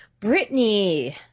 Britney